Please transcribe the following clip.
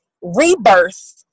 rebirth